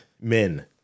Men